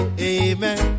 amen